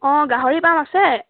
অঁ গাহৰি পাম আছে